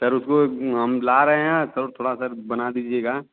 sir उसमें हम ला रहे हैं तो थोड़ा सा बना दीजिएगा